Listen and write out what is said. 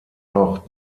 noch